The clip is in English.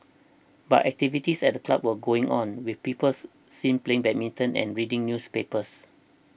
but activities at the club were going on with peoples seen playing badminton and reading newspapers